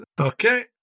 okay